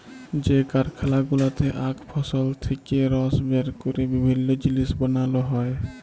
যে কারখালা গুলাতে আখ ফসল থেক্যে রস বের ক্যরে বিভিল্য জিলিস বানাল হ্যয়ে